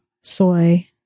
soy